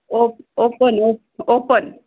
op open ओ open